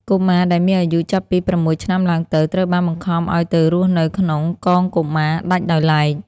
កុមារដែលមានអាយុចាប់ពី ៦ ឆ្នាំឡើងទៅ ត្រូវបានបង្ខំឱ្យទៅរស់នៅក្នុង «កងកុមារ» ដាច់ដោយឡែក។